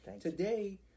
today